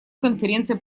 конференции